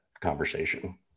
conversation